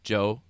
Joe